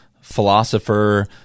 philosopher